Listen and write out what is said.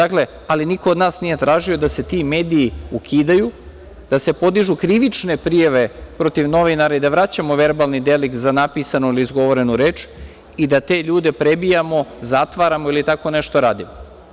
Ali, niko od nas nije tražio da se ti mediji ukidaju, da se podižu krivične prijave protiv novinara i da vraćamo verbalni delikt za napisanu ili izgovorenu reč i da te ljude prebijamo, zatvaramo ili tako nešto radimo.